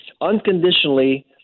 unconditionally